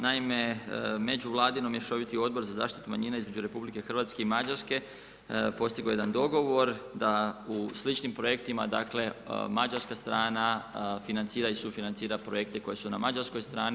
Naime, međuvladin mješoviti Odbor za zaštitu manjina između RH i Mađarske, postigao je jedan dogovor, da u sličnim projektima, dakle, Mašarska strana financira i sufinancira projekte koje su na Mađarskoj strani.